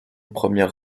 première